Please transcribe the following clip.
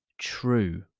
true